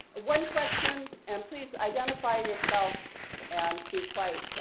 one question and please identify yourself and be quiet.